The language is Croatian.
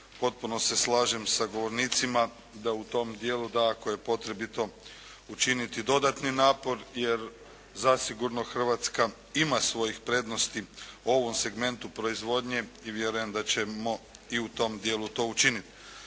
potpuno se slažem sa govornicima da u tom dijelu da ako je potrebito učiniti dodatni napor jer zasigurno Hrvatska ima svojih prednosti u ovom segmentu proizvodnje i vjerujem da ćemo i u tom dijelu to učiniti.